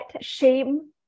shame